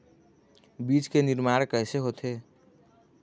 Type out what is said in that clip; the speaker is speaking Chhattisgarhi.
बीज के निर्माण कैसे होथे?